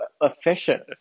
efficient